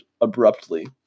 abruptly